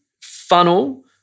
funnel